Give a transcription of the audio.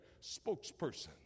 spokesperson